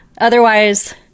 otherwise